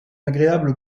agréable